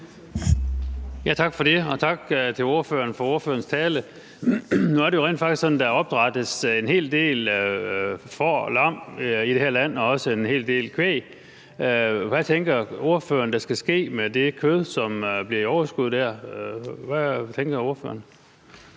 Tak for det, og tak til ordføreren for ordførerens tale. Nu er det jo rent faktisk sådan, at der opdrættes en hel del får og lam i det her land og også en hel del kvæg. Hvad tænker ordføreren at der skal ske med det kød, som bliver i overskud der? Hvad tænker ordføreren?